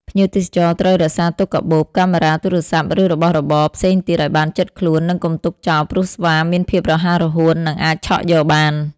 ភ្ញៀវទេសចរ ត្រូវរក្សាទុកកាបូប កាមេរ៉ា ទូរសព្ទ ឬរបស់របរផ្សេងទៀតឱ្យបានជិតខ្លួន និងកុំទុកចោលព្រោះស្វាមានភាពរហ័សរហួន និងអាចឆក់យកបាន។